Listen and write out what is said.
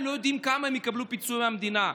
הם לא יודעים כמה הם יקבלו פיצוי מהמדינה.